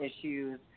issues